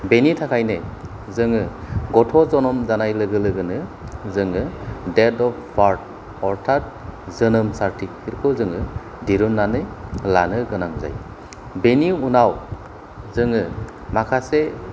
बेनिथाखायनो जोङो गथ' जनोम जानाय लोगो लोगोनो जोङो डेट अफ बार्थ अर्थाथ जोनोम सार्टिफिकेट फोरखौ जोङो दिरुननाय लानो गोनां जायो बेनि उनाव जोङो माखासे